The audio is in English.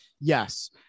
Yes